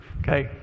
Okay